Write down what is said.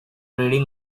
reading